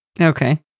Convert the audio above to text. Okay